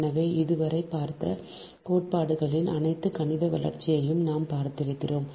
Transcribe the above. எனவே இதுவரை பார்த்த கோட்பாடுகளின் அனைத்து கணித வளர்ச்சியையும் நாம் பார்த்திருக்கிறோம்